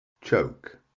choke